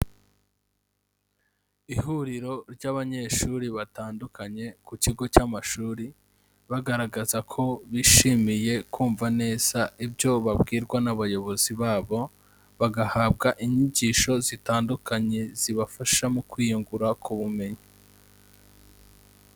Ihuriro ry'abanyeshuri batandukanye ku kigo cy'amashuri, bagaragaza ko bishimiye kumva neza ibyo babwirwa n'abayobozi babo, bagahabwa inyigisho zitandukanye zibafasha mu kwiyungura ku bumenyi.